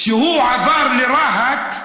כשהוא עבר לרהט,